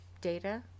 data